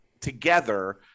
together